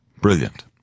Brilliant